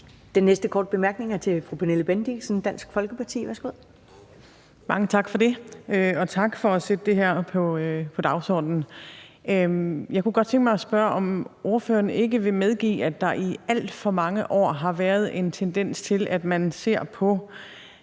Den næste korte bemærkning er fra fru Pernille Bendixen, Dansk Folkeparti. Værsgo. Kl. 11:45 Pernille Bendixen (DF): Mange tak for det. Og tak for at sætte det her på dagsordenen. Jeg kunne godt tænke mig at spørge, om ordføreren ikke vil medgive, at der i alt for mange år har været en tendens til, at man ser på